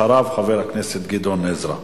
אחריו חבר הכנסת גדעון עזרא.